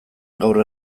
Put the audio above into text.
gaur